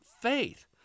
faith